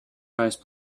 nice